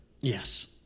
Yes